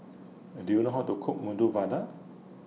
Do YOU know How to Cook Medu Vada